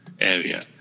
area